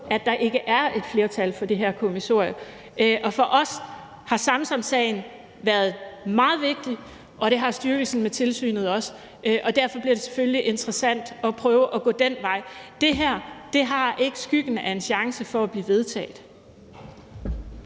når der ikke er et flertal for det her kommissorie. For os har Samsamsagenværet meget vigtig, og det har styrkelsen af tilsynet også, og derfor bliver det selvfølgelig interessant at prøve at gå den vej. Det her har ikke skyggen af en chance for at blive vedtaget.